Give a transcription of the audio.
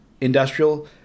industrial